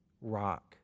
rock